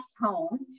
home